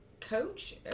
coach